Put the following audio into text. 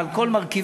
על כל מרכיביה,